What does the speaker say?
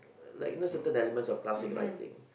like you know certain elements of classic writing